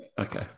Okay